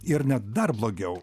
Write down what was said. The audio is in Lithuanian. ir net dar blogiau